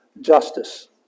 justice